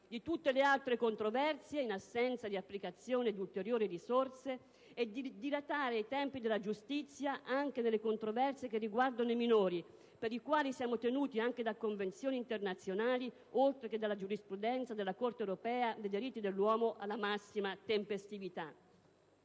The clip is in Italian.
di tutte le altre controversie, in assenza di applicazione di ulteriori risorse, e di dilatare i tempi di giustizia anche nelle controversie che riguardano i minori, per le quali siamo tenuti anche da convenzioni internazionali, oltre che dalla giurisprudenza della Corte europea dei diritti dell'uomo, alla massima tempestività.